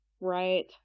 right